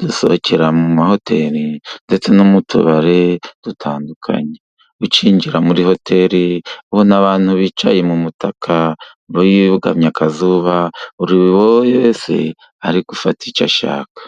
dusohokera mu mahoteli ndetse no mu tubari dutandukanye, ukinjira muri hotel ubona abantu bicaye mu mutaka bugamye akazuba, buri wese ari gufata icyo ashaka.